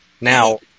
Now